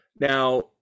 now